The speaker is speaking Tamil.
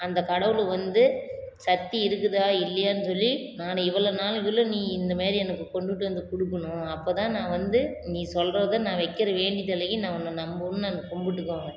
அந்த கடவுள் வந்து சக்தி இருக்குதா இல்லையான்னு சொல்லி நான் இவ்வளோ நாளுக்குள்ளே நீ இந்தமாரி எனக்கு கொண்டுகிட்டு வந்து கொடுக்குணும் அப்போதான் நான் வந்து நீ சொல்றதை நான் வைக்கிற வேண்டிதலையும் நான் உன்ன நம்புன்னு நாங்கள் கும்பிட்டுக்குவோங்க